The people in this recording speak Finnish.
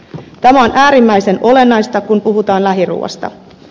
tämä on äärimmäisen olennaista kun puhutaan lähiruuasta